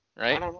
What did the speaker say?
right